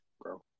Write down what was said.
bro